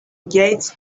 gates